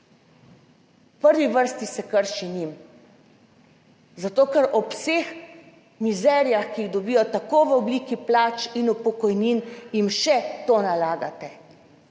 prvi vrsti se krši njim zato, ker ob vseh mizerijah, ki jih dobijo tako v obliki plač in pokojnin, jim še to nalagate.